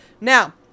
Now